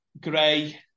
Gray